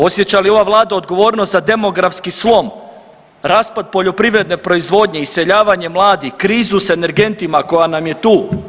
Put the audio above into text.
Osjeća li ova vlada odgovornost za demografski slom, raspad poljoprivredne proizvodnje, iseljavanje mladih, krizu s energentima koja nam je tu?